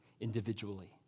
individually